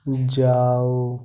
जाओ